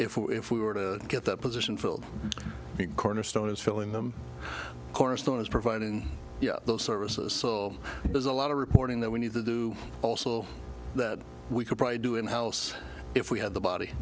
if if we were to get that position filled cornerstone is filling them corazon is providing those services so there's a lot of reporting that we need to do also that we could probably do in house if we had the body